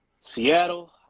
Seattle